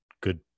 good